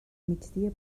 migdia